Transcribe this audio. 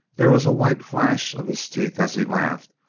there was a white flash of his teeth as he laughed,